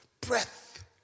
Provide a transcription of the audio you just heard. breath